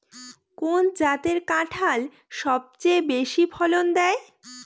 কোন জাতের কাঁঠাল সবচেয়ে বেশি ফলন দেয়?